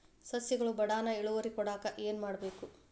ಸಸ್ಯಗಳು ಬಡಾನ್ ಇಳುವರಿ ಕೊಡಾಕ್ ಏನು ಮಾಡ್ಬೇಕ್?